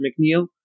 McNeil